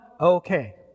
Okay